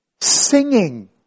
Singing